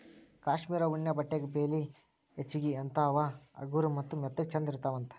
cashmere ಉಣ್ಣೆ ಬಟ್ಟೆಗೆ ಬೆಲಿ ಹೆಚಗಿ ಅಂತಾ ಅವ ಹಗರ ಮತ್ತ ಮೆತ್ತಗ ಚಂದ ಇರತಾವಂತ